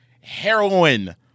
Heroin